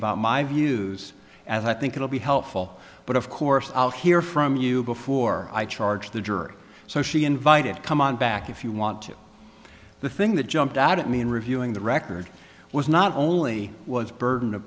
about my views as i think it will be helpful but of course i'll hear from you before i charge the jury so she invited come on back if you want to the thing that jumped out at me in reviewing the record was not only was burden of